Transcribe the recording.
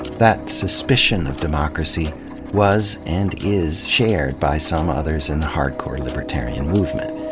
that suspicion of democracy was and is shared by some others in the hardcore libertarian movement.